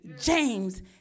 James